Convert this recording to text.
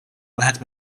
wieħed